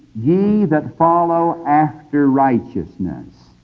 ye that follow after righteousness.